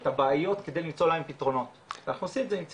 את הבעיות כדי למצוא להם פתרונות ואנחנו עושים את זה עם צעירים.